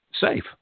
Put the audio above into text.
safe